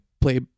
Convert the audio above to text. play